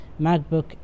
macbook